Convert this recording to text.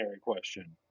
question